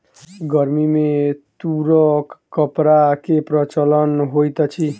गर्मी में तूरक कपड़ा के प्रचलन होइत अछि